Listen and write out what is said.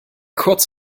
kurz